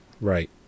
Right